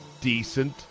decent